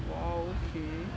!wow! okay